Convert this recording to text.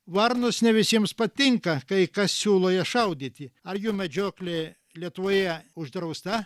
varnos ne visiems patinka kai kas siūlo jas šaudyti ar jų medžioklė lietuvoje uždrausta